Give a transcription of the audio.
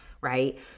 Right